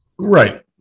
Right